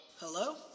Hello